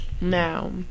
Now